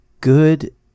good